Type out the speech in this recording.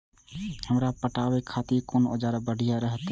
हमरा पटावे खातिर कोन औजार बढ़िया रहते?